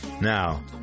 now